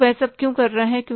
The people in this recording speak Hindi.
तो वह सब क्यों कर रहा है